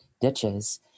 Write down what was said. ditches